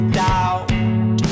doubt